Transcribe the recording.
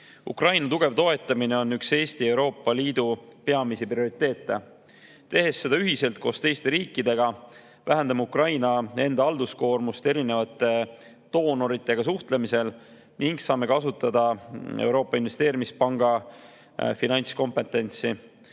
Ukraina tugev toetamine on üks Eesti ja Euroopa Liidu peamisi prioriteete. Tehes seda ühiselt koos teiste riikidega, vähendame Ukraina enda halduskoormust erinevate doonoritega suhtlemisel ning saame kasutada Euroopa Investeerimispanga finantskompetentsi.